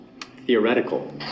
theoretical